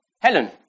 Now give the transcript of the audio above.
Helen